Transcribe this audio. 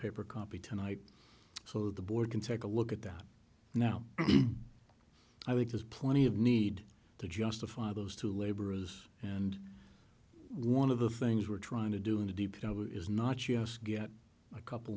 paper copy tonight so the board can take a look at that now i think there's plenty of need to justify those two laborers and one of the things we're trying to do in the deep is not just get a